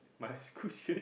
my school shirt